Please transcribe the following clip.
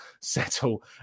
settle